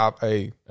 Hey